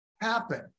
happen